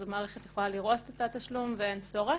המערכת יכולה לראות את התשלום ואין צורך.